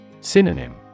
Synonym